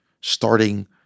starting